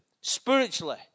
spiritually